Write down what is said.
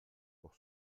pour